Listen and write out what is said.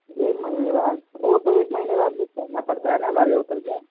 एक महीने बाद वह तो एक महीने बाद बुक करना पड़ता है ना हमारे होटल में